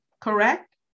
correct